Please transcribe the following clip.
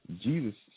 Jesus